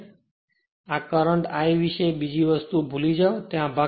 તેથી current I વિશે આ બીજી વસ્તુઓ ભૂલી જાઓ જે આ ભાગ ત્યાં નથી